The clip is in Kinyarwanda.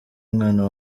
mwana